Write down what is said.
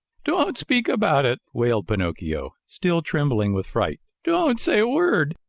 don't speak about it, wailed pinocchio, still trembling with fright. don't say a word.